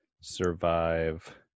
survive